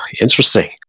interesting